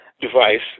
device